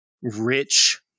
Rich